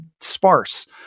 sparse